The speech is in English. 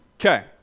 Okay